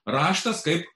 raštas kaip